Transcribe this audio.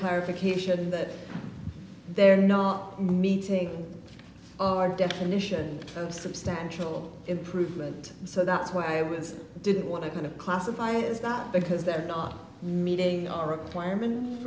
clarification that they're not meeting our definition of substantial improvement so that's why i was didn't want to kind of classify it as not because they're not meeting all requirements